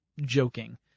joking